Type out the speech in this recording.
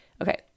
Okay